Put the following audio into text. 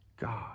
God